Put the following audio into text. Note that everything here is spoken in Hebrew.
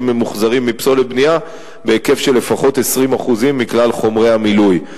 ממוחזרים מפסולת בנייה בהיקף של לפחות 20% מכלל חומרי המילוי.